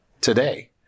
today